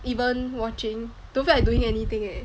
even watching don't feel like doing anything eh